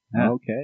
Okay